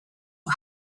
who